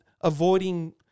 avoiding